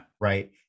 Right